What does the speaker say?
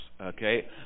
okay